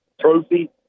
trophy